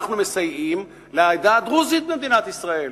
אנחנו מסייעים לעדה הדרוזית במדינת ישראל,